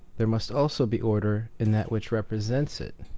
there must also be order in that which represents it,